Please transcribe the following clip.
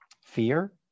fear